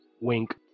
wink